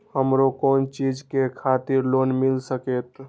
हमरो कोन चीज के खातिर लोन मिल संकेत?